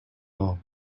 all